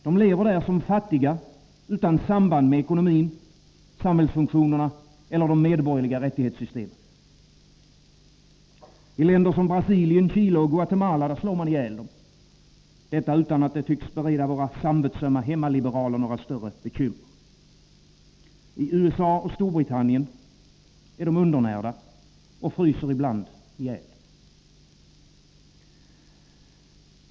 De lever som fattiga utan samband med ekonomin, samhällsfunktionerna och de medborgerliga rättighetssystemen. I länder som Brasilien, Chile och Guatemala slår man ihjäl dem — detta utan att det tycks bereda våra samvetsömma hemmaliberaler några större bekymmer. I USA och Storbritannien är de undernärda och fryser ibland ihjäl.